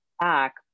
back